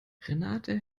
renate